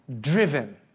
driven